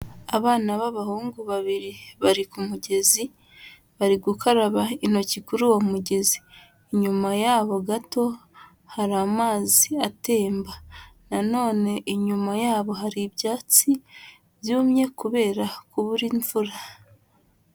Abana b'abahungu babiri bari ku mugezi, bari gukaraba intoki kuri uwo mugezi. Inyuma yabo gato hari amazi atemba. Nanone inyuma yabo hari ibyatsi byumye, kubera kubura imvura.